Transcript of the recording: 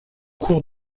cours